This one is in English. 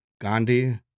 Gandhi